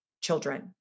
children